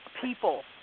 people